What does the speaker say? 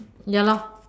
ya lor